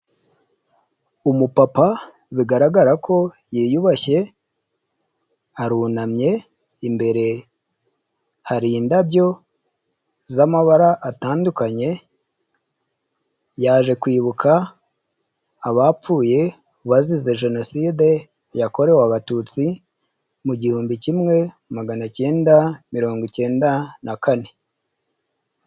Umupapa bigaragara ko yiyubashye arunamye, imbere hari indabyo z'amabara atandukanye, yaje kwibuka abapfuye bazize jenoside yakorewe abatutsi mu gihumbi kimwe magana cyenda mirongo icyenda na kane.